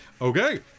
Okay